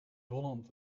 holland